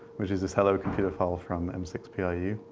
which is this hello computer file from m six p i u.